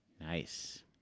Nice